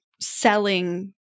selling